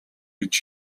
гэж